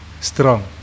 strong